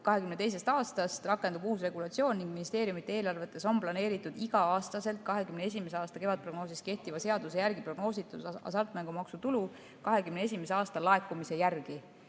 2022. aastast rakendub uus regulatsioon ning ministeeriumite eelarvetes on planeeritud iga-aastaselt 2021. aasta kevadprognoosis kehtiva seaduse järgi prognoositud hasartmängumaksu tulu 2021. aasta laekumise järgi.